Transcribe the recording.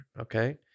okay